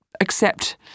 accept